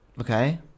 Okay